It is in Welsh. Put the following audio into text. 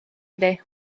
iddi